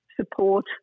support